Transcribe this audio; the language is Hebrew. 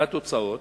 והתוצאות,